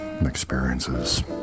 experiences